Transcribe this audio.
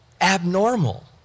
abnormal